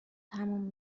تموم